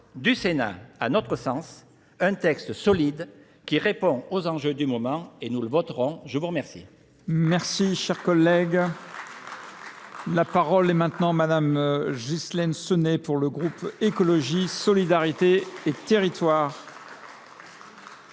du Sénat, à notre sens, un texte solide qui répond aux enjeux du moment et nous le voterons. Je vous remercie. Merci, cher collègue. La parole est maintenant Madame Ghislaine Senet pour le groupe Écologie, Solidarité et Territoires.